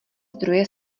zdroje